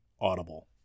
audible